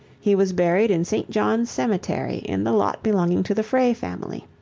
he was buried in st. john's cemetery in the lot belonging to the frey family.